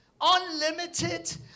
unlimited